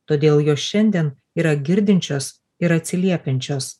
todėl jos šiandien yra girdinčios ir atsiliepiančios